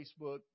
Facebook